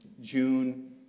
June